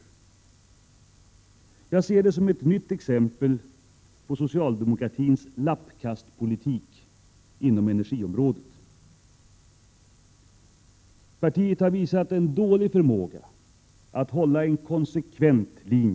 Jag ser detta förslag som ett nytt exempel på socialdemokratins lappkastpolitik inom energiområdet. Partiet har visat dålig förmåga att följa en konsekvent linje.